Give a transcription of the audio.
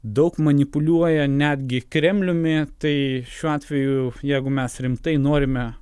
daug manipuliuoja netgi kremliumi tai šiuo atveju jeigu mes rimtai norime